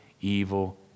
evil